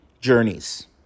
journeys